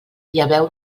lleveu